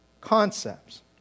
concepts